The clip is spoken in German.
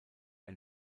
ein